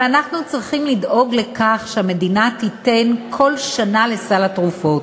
אבל אנחנו צריכים לדאוג לכך שהמדינה תיתן כל שנה לסל התרופות.